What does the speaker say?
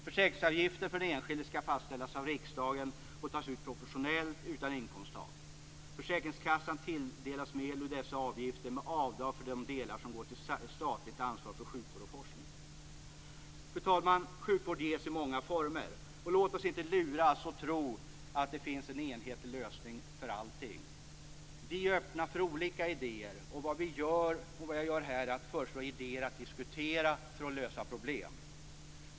Försäkringsavgiften för den enskilde skall fastställas av riksdagen och tas ut proportionellt utan inkomsttak. Försäkringskassan tilldelas medel ur dessa avgifter med avdrag för de delar som går till statligt ansvar för sjukvård och forskning. Fru talman! Sjukvård ges i många former. Låt oss inte luras att tro att det finns en enhetlig lösning för allting. Vi är öppna för olika idéer, och vad vi gör är att föreslå idéer att diskutera utifrån för att lösa problem.